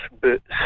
boots